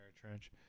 trench